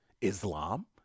Islam